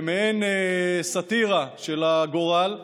במעין סאטירה של הגורל,